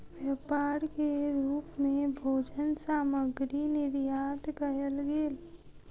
व्यापार के रूप मे भोजन सामग्री निर्यात कयल गेल